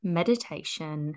meditation